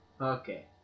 Okay